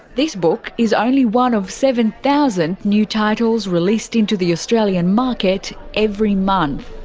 this book is only one of seven thousand new titles released into the australian market every month.